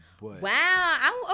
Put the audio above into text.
Wow